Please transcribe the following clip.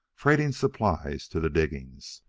freighting supplies to the diggings.